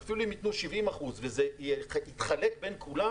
אפילו אם ייתנו 70% וזה יתחלק בין כולם